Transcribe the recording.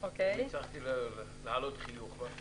אם הצלחתי להעלות חיוך, מה אכפת.